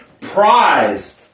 prize